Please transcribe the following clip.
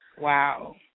Wow